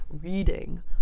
Reading